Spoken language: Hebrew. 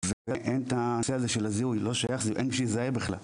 אין מי שיזהה בכלל.